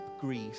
grief